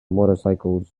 motorcycles